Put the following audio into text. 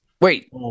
Wait